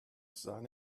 sahne